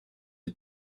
est